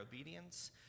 obedience